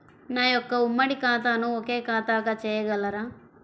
నా యొక్క ఉమ్మడి ఖాతాను ఒకే ఖాతాగా చేయగలరా?